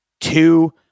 two